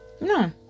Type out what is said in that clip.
no